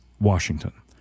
Washington